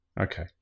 Okay